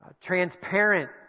transparent